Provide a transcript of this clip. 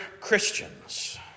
Christians